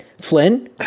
Flynn